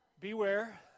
beware